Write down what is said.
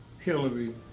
Hillary